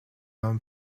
homme